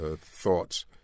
thoughts